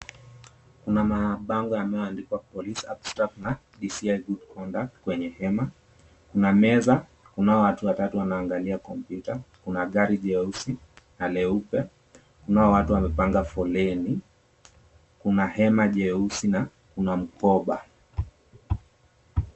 Kuna mabango yaliyoandikwa police abstract na dci good conduct kwenye hema ,kuna meza kunayo watu watatu wanaongalia kompyuta , kuna gari jeusi na leupe kunao watu wamepanga foleni kuna hema jeusi na kuna mkoba.